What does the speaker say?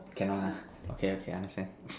cannot ha okay okay I understand